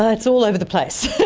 ah it's all over the place.